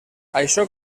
això